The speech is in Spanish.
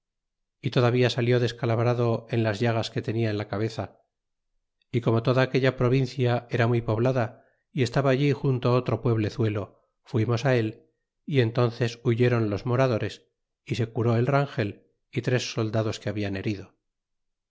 y todavía salió descalabrado en las llagas que tenia en la cabeza y como toda aquella provincia era muy poblada y estaba allí junto otro pueblezuelo fuimos él y entences huyeron los moradores y se curó el rangel y tres soldados que hablan herido